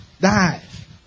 Dive